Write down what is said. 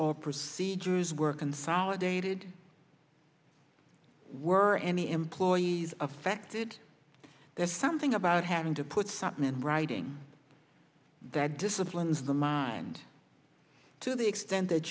or procedures were consolidated were any employees affected there's something about having to put something in writing that disciplines the mind to the extent that